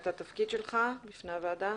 את התפקיד שלך בפני הוועדה.